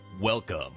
welcome